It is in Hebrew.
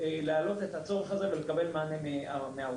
להעלות את הצורך ולקבל מענה מהאוצר.